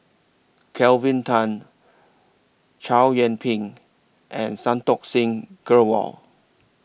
Kelvin Tan Chow Yian Ping and Santokh Singh Grewal